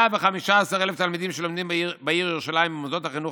ל-115,000 תלמידים שלומדים בעיר ירושלים במוסדות החינוך